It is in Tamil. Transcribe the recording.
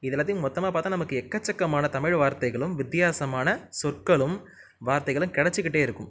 இது எல்லாத்துக்கும் மொத்தமாக பார்த்தா நமக்கு எக்கச்சக்கமான தமிழ் வார்த்தைகளும் வித்தியாசமான சொற்களும் வார்த்தைகளும் கிடைச்சிகிட்டே இருக்கும்